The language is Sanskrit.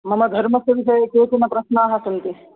मम धर्मस्य विषये केचन प्रश्नाः सन्ति